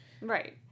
Right